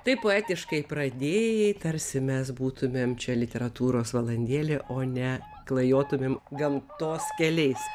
taip poetiškai pradėjai tarsi mes būtumėm čia literatūros valandėlė o ne klajotumėm gamtos keliais